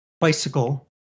bicycle